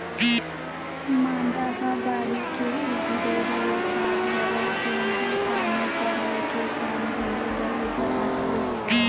मांदा ह बाड़ी के उभरे हुए भाग हरय, जेनहा पानी पलोय के काम घलो बरोबर आथे